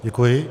Děkuji.